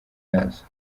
yazo